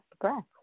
breath